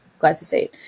glyphosate